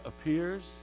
appears